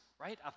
right